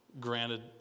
Granted